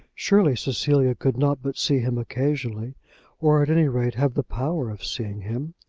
surely cecilia could not but see him occasionally or at any rate have the power of seeing him.